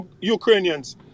Ukrainians